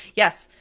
yes,